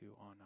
on